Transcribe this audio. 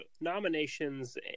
nominations